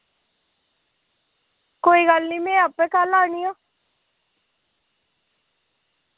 कोई गल्ल नि में आपें कल औन्नी आं